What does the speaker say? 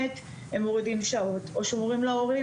לפי החוק הוא היה מועסק במשרה מלאה.